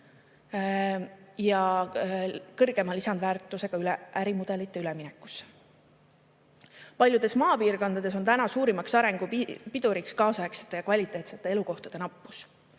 ja kõrgema lisandväärtusega ärimudelitele üleminekusse. Paljudes maapiirkondades on täna suurimaks arengupiduriks kaasaegsete ja kvaliteetsete elukohtade nappus.